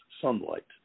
Sunlight